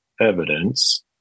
evidence